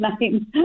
name